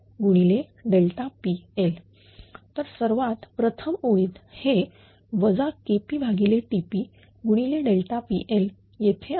तर सर्वात प्रथम ओळीत हे KPTP गुणिले PL येथे आहे